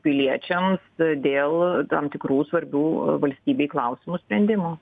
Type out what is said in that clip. piliečiams dėl tam tikrų svarbių valstybei klausimų sprendimų